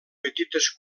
petites